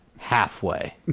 Halfway